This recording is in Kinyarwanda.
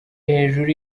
hejuru